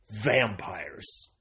vampires